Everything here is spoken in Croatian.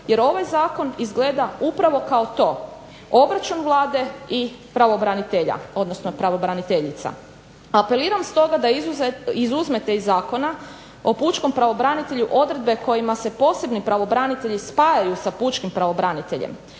jer ovaj zakon izgleda upravo kao to: obračun Vlade i pravobranitelja odnosno pravobraniteljica. Apeliram stoga da izuzmete iz Zakona o pučkom pravobranitelju odredbe kojima se posebni pravobranitelji spajaju sa pučkim pravobraniteljem.